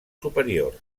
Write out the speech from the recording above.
superiors